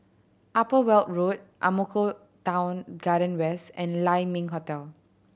Upper Weld Road Ang Mo Kio Town Garden West and Lai Ming Hotel